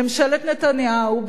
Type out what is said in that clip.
ממשלת נתניהו,